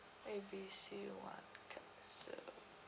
A B C what card so